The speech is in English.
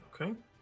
Okay